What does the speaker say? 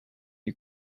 you